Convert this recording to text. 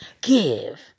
Give